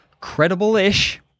credible-ish